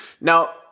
Now